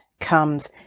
comes